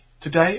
Today